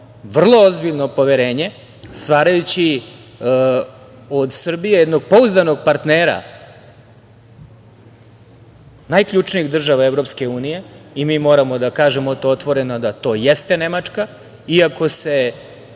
vrlo ozbiljno poverenje, stvarajući od Srbije jednog pouzdanog partnera najključnijih država EU, i mi moramo da kažemo to otvoreno da to jeste Nemačka. Iako se